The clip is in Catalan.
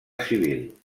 civil